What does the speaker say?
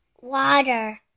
water